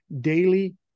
daily